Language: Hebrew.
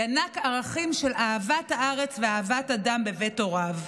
ינק ערכים של אהבת הארץ ואהבת אדם בבית הוריו.